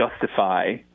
justify